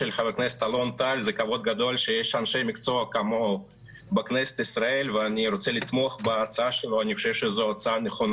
הכנסת מאפשר לנו כמחוקקים להבטיח שאחוז נכון